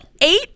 Eight